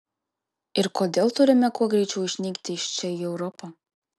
ir kodėl turime kuo greičiau išnykti iš čia į europą